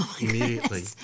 immediately